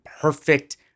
perfect